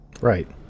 Right